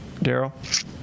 Daryl